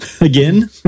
again